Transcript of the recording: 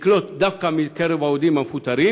לקלוט דווקא מקרב העובדים המפוטרים?